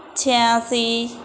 છ્યાંશી